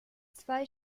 zwei